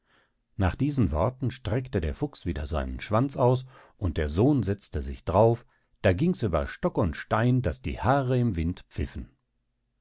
nach diesen worten streckte der fuchs wieder seinen schwanz aus und der sohn setzte sich drauf da gings über stock und stein daß die haare im wind pfiffen